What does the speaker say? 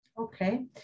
Okay